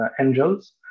Angels